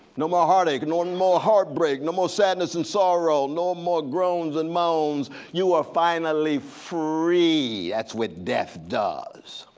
no more heartache, no more heartbreak, no more sadness and sorrow, no more groans and moans. you are finally free, that's what death does.